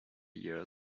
year